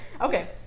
okay